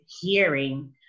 hearing